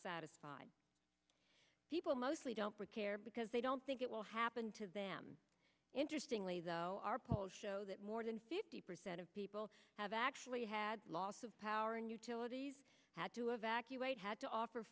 satisfied people mostly don't care because they don't think it will happen to them interestingly though our polls show that more than fifty percent of people have actually had loss of power and utilities had to evacuate had to offer